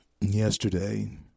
yesterday